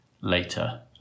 later